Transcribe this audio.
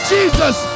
Jesus